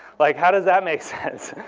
like how does that make sense?